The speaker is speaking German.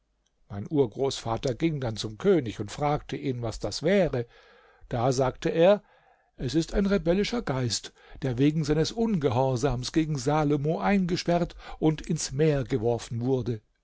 mein urgroßvater ging dann zum könig und fragte ihn was das wäre da sagte er es ist ein rebellischer geist der wegen seines ungehorsams gegen salomo eingesperrt und ins meer geworfen wurde